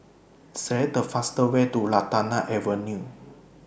Select The fastest Way to Lantana Avenue